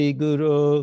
guru